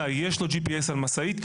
יש GPS על משאית.